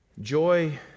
Joy